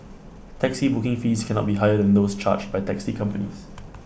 taxi booking fees cannot be higher than those charged by taxi companies